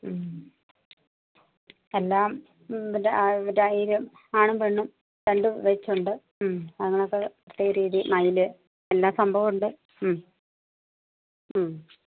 ഉം എല്ലാം മറ്റെ മറ്റെ അയിനും ആണും പെണ്ണും രണ്ടും വച്ചു കൊണ്ട് ഉം അതുങ്ങളൊക്കെ പ്രത്യേക രീതി മയിൽ എല്ലാം സംഭവം ഉണ്ട് ഉം ഉം